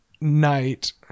night